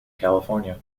california